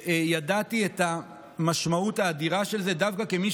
וידעתי את המשמעות האדירה של זה דווקא כמי